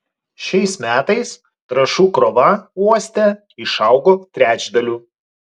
šiais metais trąšų krova uoste išaugo trečdaliu